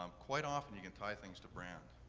um quite often, you can tie things to brand.